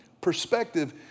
perspective